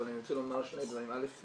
אבל אני רוצה לומר שני דברים: א.